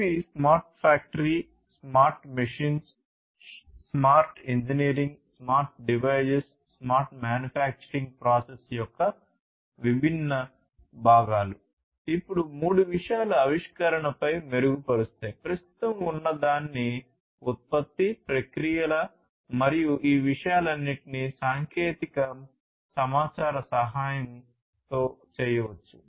ఇవి smart factory smart machines smart engineering smart devices smart manufacturing process యొక్క విభిన్న భాగాలు అప్పుడు మూడు విషయాలు ఆవిష్కరణపై మెరుగుపరుస్తాయి ప్రస్తుతం ఉన్నదానిని ఉత్పత్తి ప్రక్రియలు మరియు ఈ విషయాలన్నింటినీ సాంకేతికం సమాచార సహాయం తో చేయవచ్చు